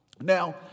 Now